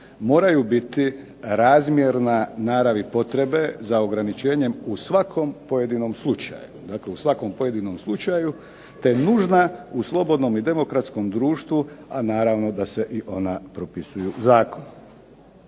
moraju biti razmjerna naravi potrebe za ograničenjem u svakom pojedinom slučaju. Dakle, u svakom pojedinom slučaju te nužna u slobodnom i demokratskom društvu, a naravno da se i ona propisuju zakonom.